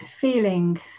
feeling